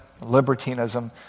libertinism